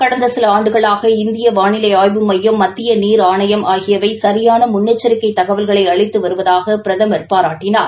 கடந்த சில ஆண்டுகளாக இந்திய வானிலை ஆய்வு மையம் மத்திய நீர் ஆணையம் ஆகியவை சரியான முன்னெச்சிக்கை தகவல்களை அளித்து வருவதாக பிரதமர் பாராட்டினார்